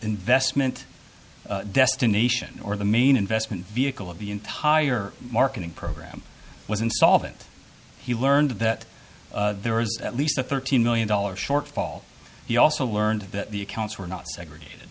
investment destination or the main investment vehicle of the entire marketing program was insolvent he learned that there is at least a thirteen million dollar shortfall he also learned that the accounts were not segregated